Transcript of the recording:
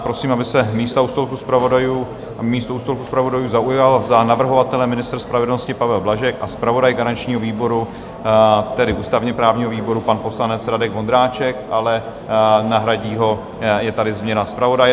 Prosím, aby své místo u stolku zpravodajů zaujal za navrhovatele ministr spravedlnosti Pavel Blažek a zpravodaj garančního výboru, tedy ústavněprávního výboru, pan poslanec Radek Vondráček, ale nahradí ho, je tady změna zpravodaje.